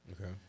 Okay